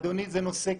אדוני, זה נושא קריטי.